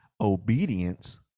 obedience